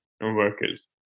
workers